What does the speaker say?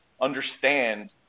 understand